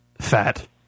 Fat